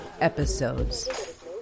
episodes